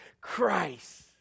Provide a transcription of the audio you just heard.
Christ